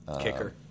kicker